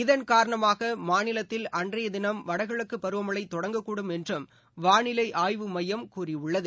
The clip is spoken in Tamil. இதன் காரணமாக மாநிலத்தில் அன்றைய தினம் வடகிழக்கு பருவமழை தொடங்கக்கூடும் என்றும் வானிலை ஆய்வு மையம் கூறியுள்ளது